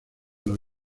los